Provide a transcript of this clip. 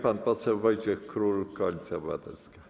Pan poseł Wojciech Król, Koalicja Obywatelska.